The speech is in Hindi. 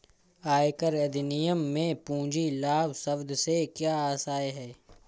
आयकर अधिनियम में पूंजी लाभ शब्द से क्या आशय है?